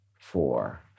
four